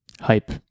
hype